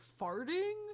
farting